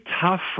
tough